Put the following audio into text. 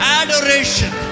adoration